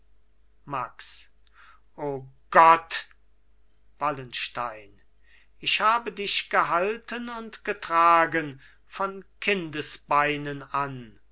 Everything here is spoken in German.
max o gott wallenstein ich habe dich gehalten und getragen von kindesbeinen an